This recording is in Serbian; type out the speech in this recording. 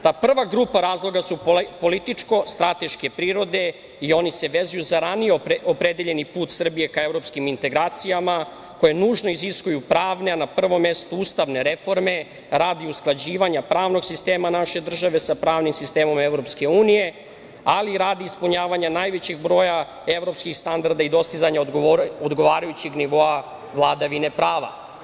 Ta prva grupa razloga su političko strateške prirode i oni se vezuju za ranije opredeljeni put Srbije ka evropskim integracijama, koje nužno iziskuju pravne, a na prvom mestu ustavne reforme radi usklađivanja pravnog sistema naše države sa pravnim sistemom Evropske unije, ali i radi ispunjavanja najvećeg broja evropskih standarda i dostizanja odgovarajućeg nivoa vladavine prava.